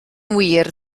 wir